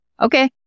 Okay